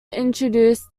introduced